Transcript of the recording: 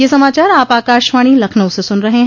ब्रे क यह समाचार आप आकाशवाणी लखनऊ से सुन रहे हैं